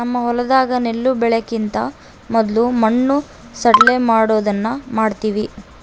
ನಮ್ಮ ಹೊಲದಾಗ ನೆಲ್ಲು ಬೆಳೆಕಿಂತ ಮೊದ್ಲು ಮಣ್ಣು ಸಡ್ಲಮಾಡೊದನ್ನ ಮಾಡ್ತವಿ